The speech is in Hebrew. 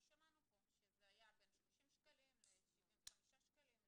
כי שמענו פה שזה היה בין 30 שקלים ל-75 שקלים,